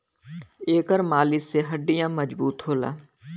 एकर मालिश से हड्डीयों मजबूत होला